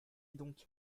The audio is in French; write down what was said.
donc